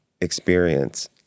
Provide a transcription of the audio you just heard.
experience